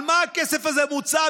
על מה הכסף הזה מוצא,